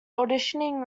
auditioning